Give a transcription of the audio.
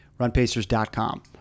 runpacers.com